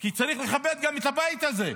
כי צריך לכבד גם את הבית הזה.